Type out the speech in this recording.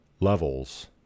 levels